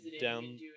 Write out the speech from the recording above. down